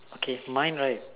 okay if mine right